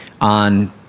on